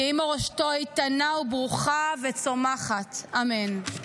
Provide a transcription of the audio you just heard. תהיה מורשתו איתנה וברוכה וצומחת, אמן.